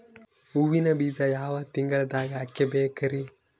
ಹೂವಿನ ಬೀಜ ಯಾವ ತಿಂಗಳ್ದಾಗ್ ಹಾಕ್ಬೇಕರಿ?